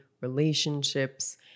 relationships